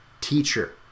teacher